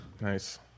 Nice